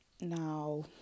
Now